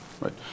right